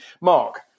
Mark